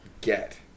get